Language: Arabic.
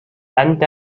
أنت